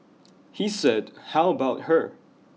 he said how about her